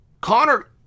Connor